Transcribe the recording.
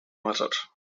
muttered